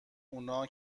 اونا